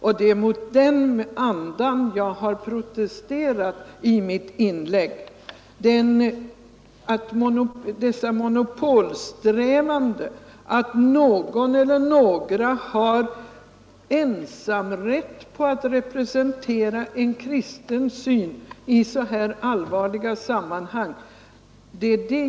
Jag har i mitt inlägg velat protestera mot dessa monopolsträvanden, att någon eller några har ensamrätt på att representera en kristen syn i så här allvarliga sammanhang.